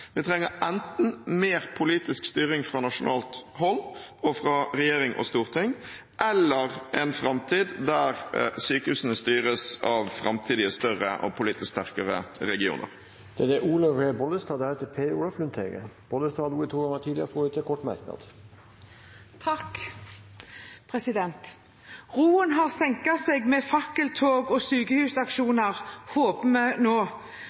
Vi trenger enten mer politisk styring fra nasjonalt hold, fra regjering og storting, eller en framtid der sykehusene styres av framtidig større og politisk sterkere regioner. Representanten Olaug V. Bollestad har hatt ordet to ganger tidligere og får ordet til en kort merknad, begrenset til 1 minutt. Roen har senket seg etter fakkeltog og sykehusaksjoner, håper vi.